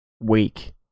weak